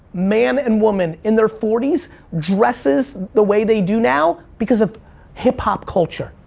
man and woman, in their forty s dresses the way they do now, because of hip-hop culture.